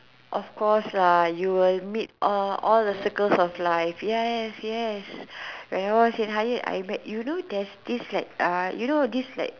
of course lah you will meet all all the circles of life yes yes like when I was in Hyatt I met you know there's this like uh you know this like